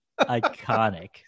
iconic